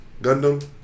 Gundam